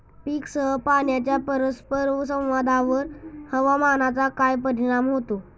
पीकसह पाण्याच्या परस्पर संवादावर हवामानाचा काय परिणाम होतो?